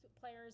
players